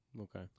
Okay